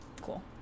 Cool